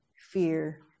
fear